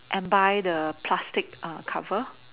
and buy the plastic err cover